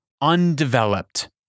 Undeveloped